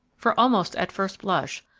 for almost at first blush,